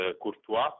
Courtois